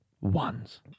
Ones